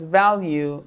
value